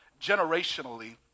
Generationally